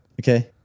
Okay